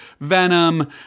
Venom